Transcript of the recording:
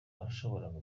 washoboraga